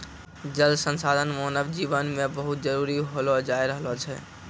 जल संसाधन मानव जिवन मे बहुत जरुरी होलो जाय रहलो छै